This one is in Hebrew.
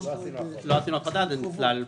הפרדה.